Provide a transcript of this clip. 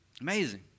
Amazing